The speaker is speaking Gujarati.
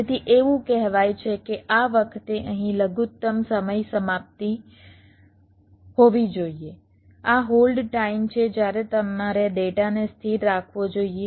તેથી એવું કહેવાય છે કે આ વખતે અહીં લઘુતમ સમયસમાપ્તિ હોવી જોઈએ આ હોલ્ડ ટાઇમ છે જ્યારે તમારે ડેટાને સ્થિર રાખવો જોઈએ